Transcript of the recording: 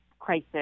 crisis